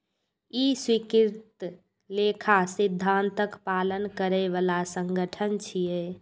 ई स्वीकृत लेखा सिद्धांतक पालन करै बला संगठन छियै